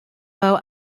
well